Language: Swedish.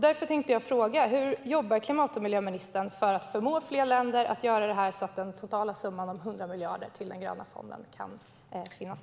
Därför tänkte jag fråga: Hur jobbar klimat och miljöministern för att förmå fler länder att göra det här så att den totala summan om 100 miljarder till den gröna fonden kan uppnås?